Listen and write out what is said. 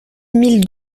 mille